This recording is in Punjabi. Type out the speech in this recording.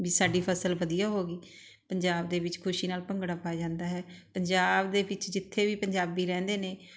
ਵੀ ਸਾਡੀ ਫਸਲ ਵਧੀਆ ਹੋ ਗਈ ਪੰਜਾਬ ਦੇ ਵਿੱਚ ਖੁਸ਼ੀ ਨਾਲ ਭੰਗੜਾ ਪਾਇਆ ਜਾਂਦਾ ਹੈ ਪੰਜਾਬ ਦੇ ਵਿੱਚ ਜਿੱਥੇ ਵੀ ਪੰਜਾਬੀ ਰਹਿੰਦੇ ਨੇ